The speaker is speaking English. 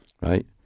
Right